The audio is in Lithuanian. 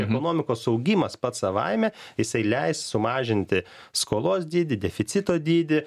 ir monomikos augimas pats savaime jisai leis sumažinti skolos dydį deficito dydį